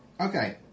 Okay